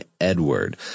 Edward